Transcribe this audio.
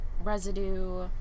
residue